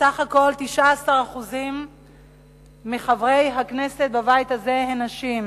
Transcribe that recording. בסך הכול 19% מחברי הכנסת בבית הזה הם נשים,